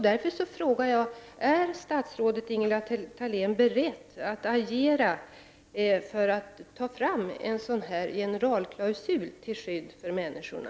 Därför frågar jag: Är statsrådet Ingela Thalén beredd att agera för att ta fram en sådan här generalklausul till skydd för människorna?